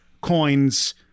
coins